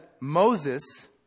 Moses